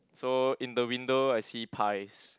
so in the window I see pies